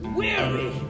weary